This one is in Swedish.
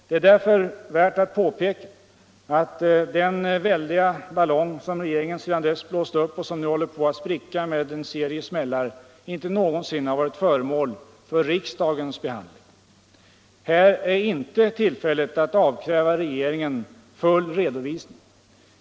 Det är därför värt att påpeka att den väldiga ballong som regeringen sedan dess blåst upp och som nu håller på att spricka med en serie smällar inte någonsin har varit föremål för riksdagens behandling. Här är inte tillfället att avkräva regeringen full redovisning.